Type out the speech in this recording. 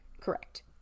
correct